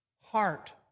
heart